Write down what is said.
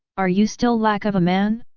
are you still lack of a man?